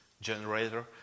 Generator